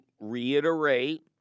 reiterate